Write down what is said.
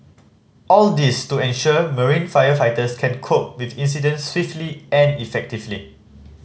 all this to ensure marine firefighters can cope with incidents swiftly and effectively